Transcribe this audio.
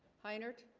hi nert